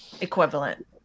equivalent